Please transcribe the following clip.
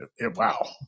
wow